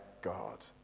God